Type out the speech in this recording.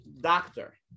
doctor